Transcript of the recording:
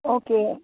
okay